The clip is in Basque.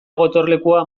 gotorlekua